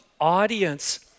Audience